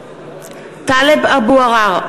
(קוראת בשמות חברי הכנסת) טלב אבו עראר,